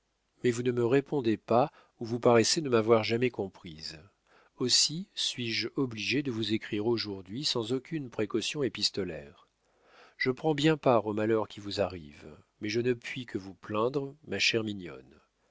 mais vous ne me répondez pas ou vous paraissez ne m'avoir jamais comprise aussi suis-je obligée de vous écrire aujourd'hui sans aucune précaution épistolaire je prends bien part au malheur qui vous arrive mais je ne puis que vous plaindre ma chère mignonne